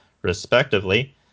Respectively